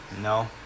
no